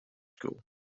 school